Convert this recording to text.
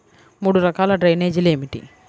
మూడు రకాల డ్రైనేజీలు ఏమిటి?